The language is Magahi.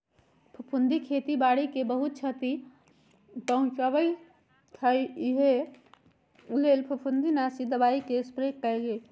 फफुन्दी खेती बाड़ी के बहुत छति पहुँचबइ छइ उहे लेल फफुंदीनाशी दबाइके स्प्रे कएल गेल